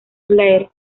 clare